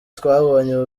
twabonye